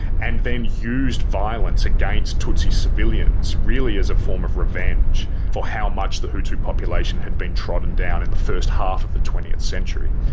and then used violence against tutsi civilians, really as a form of revenge for the how much the hutu population had been trodden down in the first half of the twentieth century.